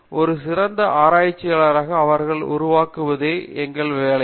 பேராசிரியர் ரவீந்திர கெட்டூ ஒரு சிறந்த ஆராய்ச்சியாளராக அவர்களை உருவாக்குவதே எங்கள் வேலை